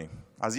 אז יש לי חדשות,